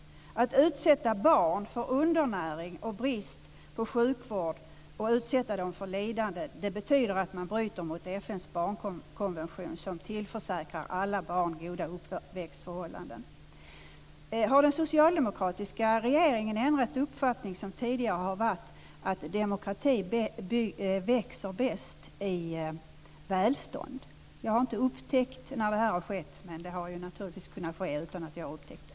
Att utsätta barn för undernäring, brist på sjukvård och lidande betyder att man bryter mot FN:s barnkonvention, som tillförsäkrar alla barn goda uppväxtförhållanden. Har den socialdemokratiska regeringen ändrat den uppfattning som tidigare har varit att demokratin växer bäst i välstånd? Jag har inte upptäckt när det här har skett, men det har naturligtvis kunnat ske utan att jag har upptäckt det.